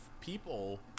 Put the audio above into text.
people